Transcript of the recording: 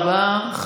תודה רבה.